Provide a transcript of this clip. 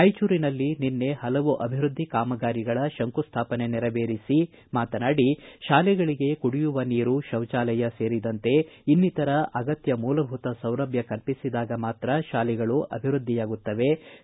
ರಾಯಚೂರಿನಲ್ಲಿ ನಿನ್ನೆ ಹಲವು ಅಭಿವೃದ್ದಿ ಕಾಮಗಾರಿಗಳ ಶಂಕುಸ್ಥಾಪನೆ ನೆರವೇರಿಸಿ ಮಾತನಾಡಿ ಶಾಲೆಗಳಿಗೆ ಕುಡಿಯುವ ನೀರು ಶೌಚಾಲಯ ಸೇರಿದಂತೆ ಇನ್ನಿತರ ಅಗತ್ಯ ಮೂಲಭೂತ ಸೌಕರ್ಯ ಕಲ್ಪಿಸಿದಾಗ ಮಾತ್ರ ಶಾಲೆಗಳು ಅಭಿವೃದ್ದಿಯಾಗಲು ಸಾಧ್ಯವಾಗುತ್ತದೆ